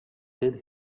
did